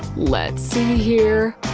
let's see here,